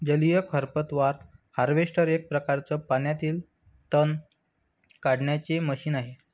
जलीय खरपतवार हार्वेस्टर एक प्रकारच पाण्यातील तण काढण्याचे मशीन आहे